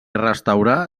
restaurar